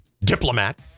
diplomat